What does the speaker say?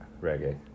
reggae